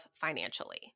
financially